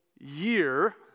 year